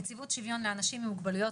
מנציבות שוויון לאנשים עם מוגבלויות,